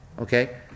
okay